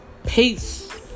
Peace